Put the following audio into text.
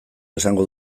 esango